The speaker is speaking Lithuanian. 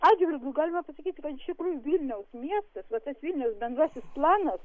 atžvilgiu galima pasakyti kad iš tikrųjų vilniaus miestas vat tas vilniaus bendrasis planas